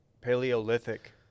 Paleolithic